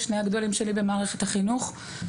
שני הגדולים שלי במערכת החינוך,